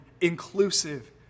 inclusive